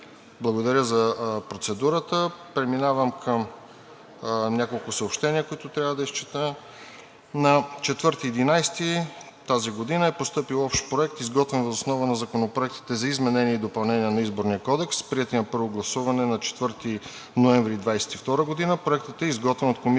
Благодаря за процедурата. Преминавам към няколко съобщения, които трябва да изчета. На 4 ноември 2022 г. е постъпил общ проект, изготвен въз основа на законопроектите за изменение и допълнение на Изборния кодекс, приети на първо гласуване на 4 ноември 2022 г. Проектът е изготвен от Комисията